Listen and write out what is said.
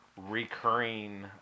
recurring